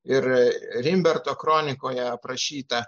ir rimberto kronikoje aprašyta